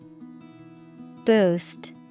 Boost